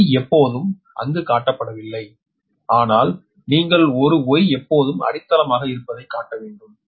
Y எப்போதும் அங்கு காட்டப்படவில்லை ஆனால் நீங்கள் ஒரு Y எப்போதும் அடித்தளமாக இருப்பதைக் காட்ட வேண்டும்